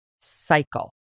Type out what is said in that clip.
cycle